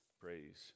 Praise